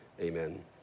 amen